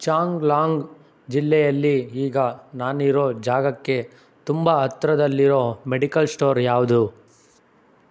ಚಾಂಗ್ಲಾಂಗ್ ಜಿಲ್ಲೆಯಲ್ಲಿ ಈಗ ನಾನಿರೋ ಜಾಗಕ್ಕೆ ತುಂಬ ಹತ್ತಿರದಲ್ಲಿರೋ ಮೆಡಿಕಲ್ ಸ್ಟೋರ್ ಯಾವುದು